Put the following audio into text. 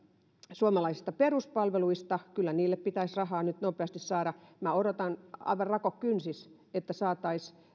suomalaisista peruspalveluista kyllä niille pitäisi rahaa nyt nopeasti saada minä odotan aivan rakot kynsissä että saataisiin